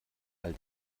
all